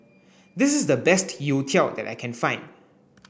this is the best youtiao that I can find